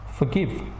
forgive